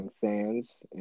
fans